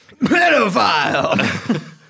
pedophile